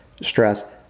stress